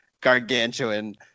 gargantuan